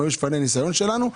היו שפני ניסיון שלנו.